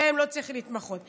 שבהם לא צריך להתמחות.